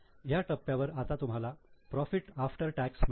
ह्या टप्प्यावर आता तुम्हाला प्रॉफिट आफ्टर टॅक्स मिळतो